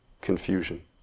confusion